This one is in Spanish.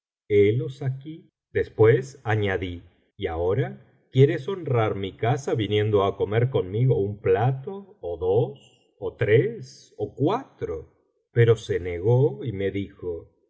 helos aquí después añadí y ahora quieres honrar mi casa viniendo á comer conmigo un plato ó dos ó tres ó cuatro pero se negó y me dijo